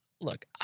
Look